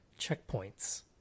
checkpoints